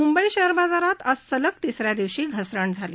Mumbai share बाजारात आज सलग तिस या दिवशी घसरण झाली